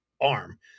arm